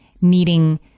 needing